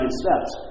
steps